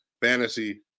fantasy